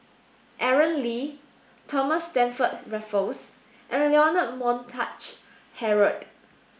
Aaron Lee Thomas Stamford Raffles and Leonard Montague Harrod